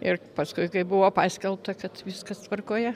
ir paskui kai buvo paskelbta kad viskas tvarkoje